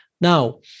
Now